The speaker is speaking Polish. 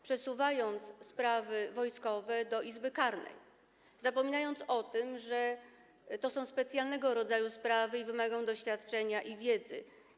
Przesuwacie sprawy wojskowe do Izby Karnej, zapominając o tym, że to są specjalnego rodzaju sprawy i wymagają doświadczenia i wiedzy.